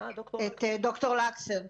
את ד"ר לקסר.